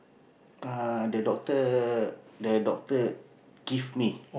uh the doctor the doctor give me